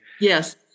yes